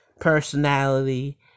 personality